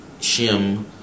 Shim